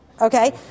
okay